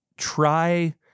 Try